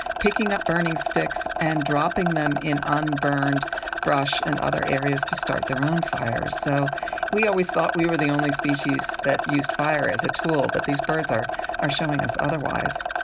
picking up burning sticks and dropping them in unburned brush and other areas to start their own fires. so we always thought we were the only species that used fire as a tool, but these birds are are showing us otherwise.